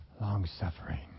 long-suffering